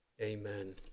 Amen